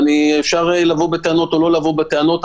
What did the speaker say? אפשר לבוא בטענות או לא לבוא בטענות,